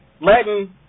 Latin